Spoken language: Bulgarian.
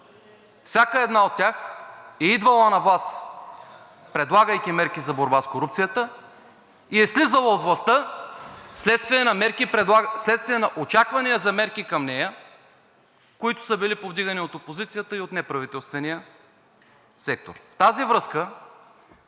Всяка една от тях е идвала на власт, предлагайки мерки за борба с корупцията, и е слизала от властта вследствие на очаквания за мерки към нея, които са били повдигани от опозицията и от неправителствения сектор. В тази връзка